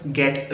get